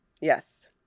Yes